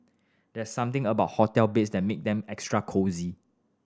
there's something about hotel beds that make them extra cosy